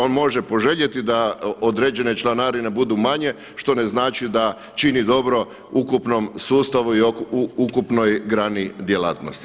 On može poželjeti da određene članarine budu manje što ne znači da čini dobro ukupnom sustavu i ukupnoj grani djelatnosti.